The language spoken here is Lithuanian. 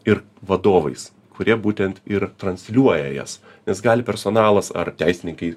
ir vadovais kurie būtent ir transliuoja jas nes gali personalas ar teisininkai